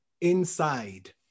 Inside